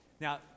Now